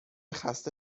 خسته